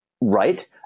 right